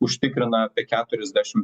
užtikrina apie keturiasdešimt